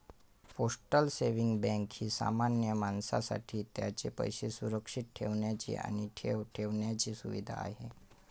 postal saving bank ही सामान्य माणसासाठी त्यांचे पैसे सुरक्षित ठेवण्याची आणि ठेव ठेवण्याची सुविधा आहे